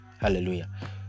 Hallelujah